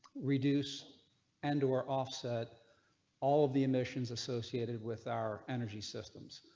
reduce end or offset all of the emissions associated with our energy system.